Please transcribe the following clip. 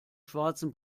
schwarzen